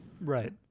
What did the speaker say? Right